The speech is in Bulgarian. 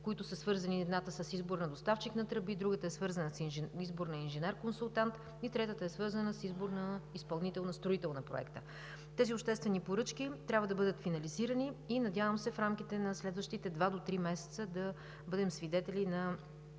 които са свързани – едната с избор на доставчик на тръби, другата – с избор на инженер консултант, и третата – с избор на изпълнител, на строител на проекта. Тези обществени поръчки трябва да бъдат финализирани и надявам се в рамките на следващите два до три месеца да започне реалният